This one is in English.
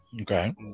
Okay